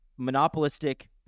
monopolistic